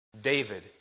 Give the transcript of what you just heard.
David